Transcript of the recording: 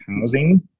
housing